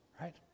right